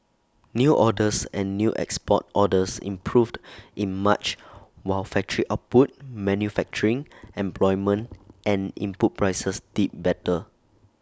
new orders and new export orders improved in March while factory output manufacturing employment and input prices did better